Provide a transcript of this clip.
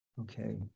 Okay